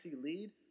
lead